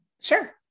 sure